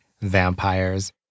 vampires